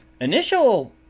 initial